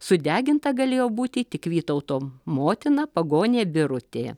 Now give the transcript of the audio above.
sudeginta galėjo būti tik vytauto motina pagonė birutė